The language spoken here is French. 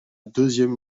deuxième